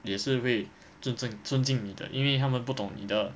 也是会尊正尊敬你的因为他们不懂你的